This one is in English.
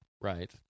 Right